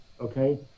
okay